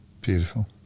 beautiful